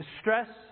Stress